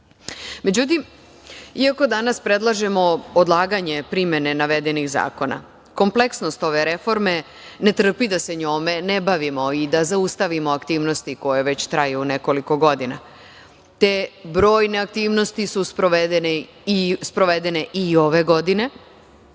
države.Međutim, iako danas predlažemo odlaganje primene navedenih zakona, kompleksnost ove reforme ne trpi da se njome ne bavimo i da zaustavimo aktivnosti koje već traju nekoliko godina. Te brojne aktivnosti su sprovedene i ove godine